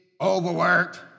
overworked